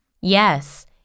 Yes